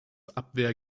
abwehr